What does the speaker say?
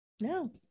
No